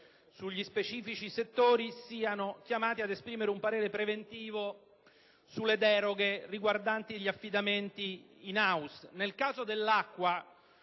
sugli specifici settori siano chiamati ad esprimere un parere preventivo sulle deroghe riguardanti gli affidamenti *in house*. Nel caso dell'acqua